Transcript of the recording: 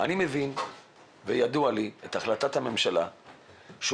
אני מבין וידועה לי החלטת הממשלה ב-2018